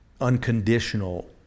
unconditional